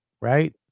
right